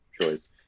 choice